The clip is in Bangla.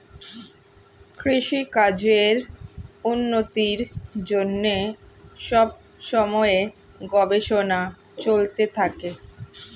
কৃষিকাজের উন্নতির জন্যে সব সময়ে গবেষণা চলতে থাকে